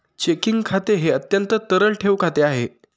checking खाते हे अत्यंत तरल ठेव खाते आहे